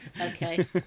Okay